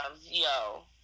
yo